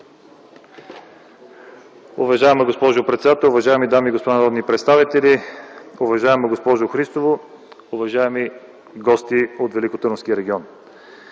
Уважаема госпожо председател, уважаеми дами и господа народни представители, уважаема госпожо Христова, уважаеми гости от Великотърновския регион!